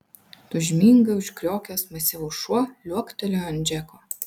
tūžmingai užkriokęs masyvus šuo liuoktelėjo ant džeko